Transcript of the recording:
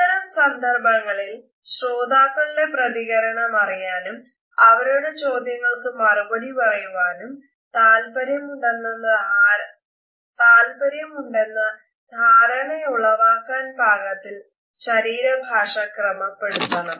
ഇത്തരം സന്ദർഭങ്ങളിൽ ശ്രോതാക്കളുടെ പ്രതികരണം അറിയാനും അവരുടെ ചോദ്യങ്ങൾക് മറുപടി പറയുവാനും താല്പര്യമുണ്ടെന്ന ധാരണയുളവാക്കാൻ പാകത്തിൽ ശരീരഭാഷ ക്രമപ്പെടുത്തണം